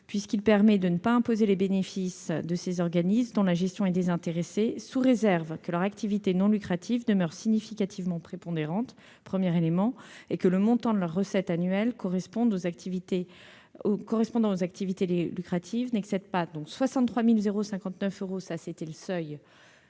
puisqu'il permet de ne pas imposer les bénéfices des organismes dont la gestion est désintéressée, sous réserve que leur activité non lucrative demeure significativement prépondérante et que le montant de leurs recettes annuelles correspondant aux activités lucratives n'excède pas 63 059 euros, seuil